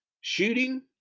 shooting